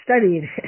studied